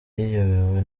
riyobowe